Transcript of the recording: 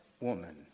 woman